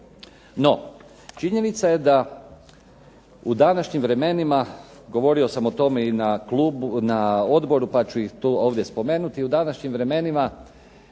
No, činjenica je da u današnjim vremenima, govorio sam to i na odboru pa ću i ovdje spomenuti, u današnjim vremenima